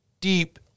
deep